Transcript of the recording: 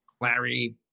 Larry